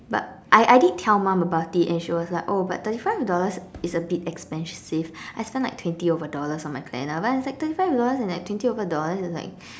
but I I did tell mum about it and she was like oh but thirty five is a bit expensive I spend like twenty over dollars on my planner but it's like thirty five dollars and like twenty over dollars is like